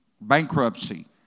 Bankruptcy